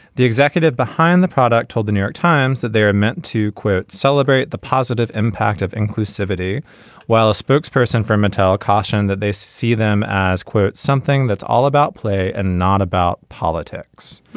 the executive behind the product told the new york times that they are meant to quote celebrate the positive impact of inclusive inclusive city while a spokesperson for mattel cautioned that they see them as quote something that's all about play and not about politics.